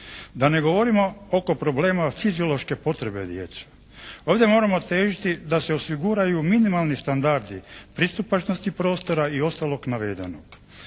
Da ne govorimo oko problema fiziološke potrebe djece. Ovdje moramo težiti da se osiguraju minimalni standardi pristupačnosti prostora i ostalog navedenog.